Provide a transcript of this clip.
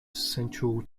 central